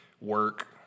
work